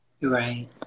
Right